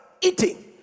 eating